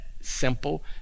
simple